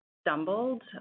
stumbled